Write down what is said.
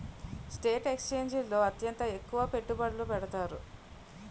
stock ఎక్స్చేంజిల్లో అత్యంత ఎక్కువ పెట్టుబడులు పెడతారు